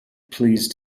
pleased